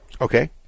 Okay